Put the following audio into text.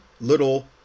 little